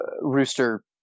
Rooster